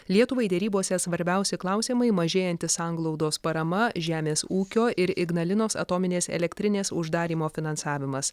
lietuvai derybose svarbiausi klausimai mažėjanti sanglaudos parama žemės ūkio ir ignalinos atominės elektrinės uždarymo finansavimas